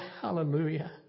Hallelujah